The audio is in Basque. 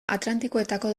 atlantikoetako